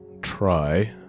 try